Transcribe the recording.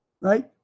right